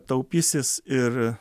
taupysis ir